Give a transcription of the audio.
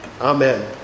Amen